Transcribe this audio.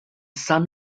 son